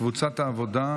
קבוצת העבודה,